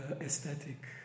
aesthetic